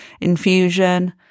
infusion